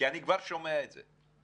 כי אני כבר שומע את זה.